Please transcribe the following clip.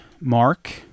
Mark